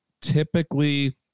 Typically